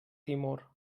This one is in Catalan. timor